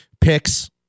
picks